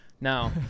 now